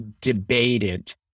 debated